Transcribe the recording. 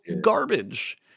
garbage